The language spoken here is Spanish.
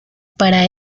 para